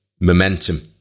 momentum